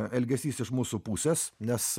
elgesys iš mūsų pusės nes